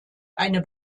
eine